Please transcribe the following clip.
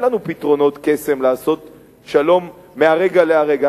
אין לנו פתרונות קסם לעשות שלום מהרגע להרגע.